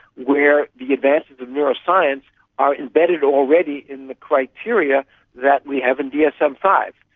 where the advances in neuroscience are embedded already in the criteria that we have in dsm five.